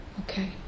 Okay